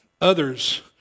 others